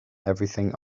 everything